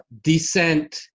descent